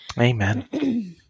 Amen